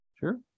sure